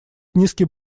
низкий